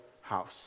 house